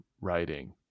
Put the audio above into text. writing